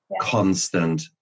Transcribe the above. constant